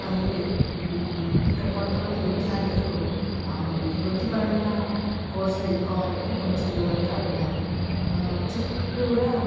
కానీ ఇక్కడ కొంత మంది విద్యార్థులు వృత్తిపరంగా కోర్సులు ఎన్నుకోవాలంటే కొంచెం దూరంగా వెళ్ళాలి చుట్టూరా